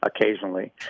occasionally